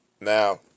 Now